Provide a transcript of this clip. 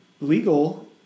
legal